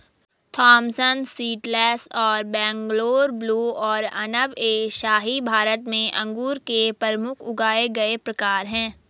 Thompson seedless और Bangalore blue और अनब ए शाही भारत में अंगूर के प्रमुख उगाए गए प्रकार हैं